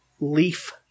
leaf